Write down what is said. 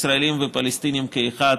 ישראלים ופלסטינים כאחד,